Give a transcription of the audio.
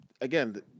again